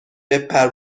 بپر